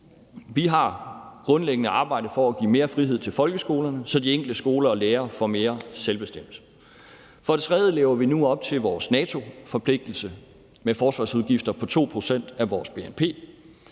Vi har grundlæggende arbejdet for at give mere frihed til folkeskolerne, så de enkelte skoler og lærere får mere selvbestemmelse. For det tredje lever vi nu op til vores NATO-forpligtelse med forsvarsudgifter på 2 pct. af vores bnp.